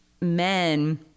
men